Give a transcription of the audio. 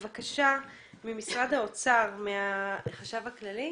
משרד האוצר, אגף החשב הכללי.